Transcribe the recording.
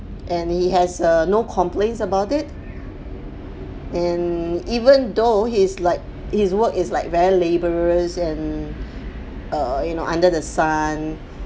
and he has err no complains about it and even though his like his work is like very laborious and err you know under the sun